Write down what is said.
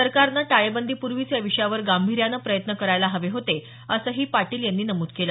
सरकारने टाळेबंदीपूर्वीच या विषयावर गांभीर्यानं प्रयत्न करायला हवे होते असंही पाटील यांनी नमूद केलं